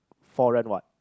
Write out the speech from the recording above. foreign what